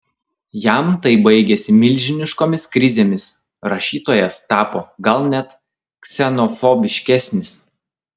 jam tai baigėsi milžiniškomis krizėmis rašytojas tapo gal net ksenofobiškesnis